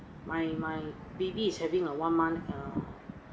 my my baby is having a one month err